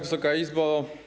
Wysoka Izbo!